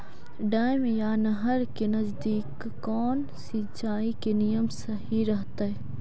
Dam या नहर के नजदीक कौन सिंचाई के नियम सही रहतैय?